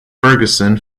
ferguson